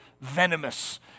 venomous